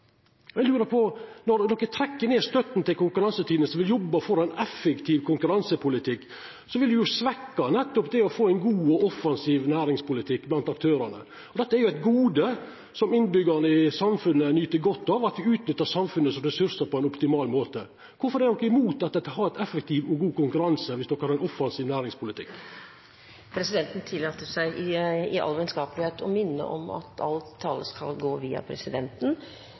Konkurransetilsynet. Eg lurer på – når de trekkjer ned støtta til Konkurransetilsynet som vil jobba for ein effektiv konkurransepolitikk, så vil ein jo svekkja nettopp det å få ein god og offensiv næringspolitikk blant aktørane. Dette er eit gode som innbyggjarane i samfunnet nyt godt av – at ein utnyttar samfunnet sine ressursar på ein optimal måte. Kvifor er de imot å ha ein effektiv og god konkurranse, viss de har ein offensiv næringspolitikk? Presidenten tillater seg i all vennskapelighet å minne om at all tale skal gå via presidenten.